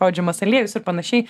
spaudžiamas aliejus ir panašiai